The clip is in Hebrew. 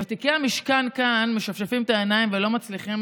ותיקי המשכן כאן משפשפים את העיניים ולא מצליחים